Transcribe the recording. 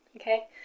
okay